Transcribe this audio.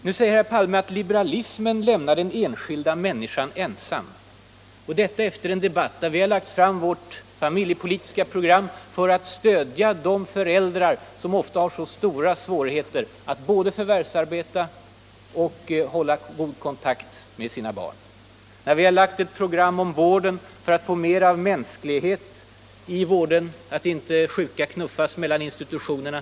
Statsministern påstår att liberalismen ”lämnar den enskilda människan ensam”. Det säger han efter en debatt där vi har lagt fram vårt familjepolitiska program för att stödja föräldrar som ofta har stora svårigheter att både förvärvsarbeta och hålla god kontakt med sina barn. Vi har lagt fram förslag för att få mera mänsklighet i vården, så att sjuka inte knuffas mellan institutionerna.